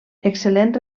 excel·lent